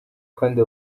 kandi